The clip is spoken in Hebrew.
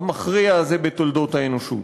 המכריע הזה בתולדות האנושות.